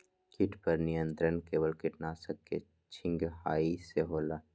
किट पर नियंत्रण केवल किटनाशक के छिंगहाई से होल?